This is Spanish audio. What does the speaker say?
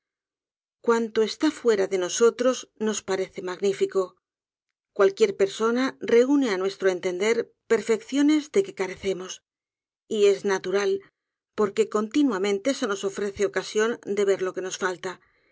cuanto está fuera de nosotros nojs parece magnifico cualquier persona reúne á nuestro entender perfecciones de que carecemos y es natural porque continuamente se nos ofrece ocasión de ver lo que nos falta